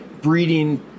breeding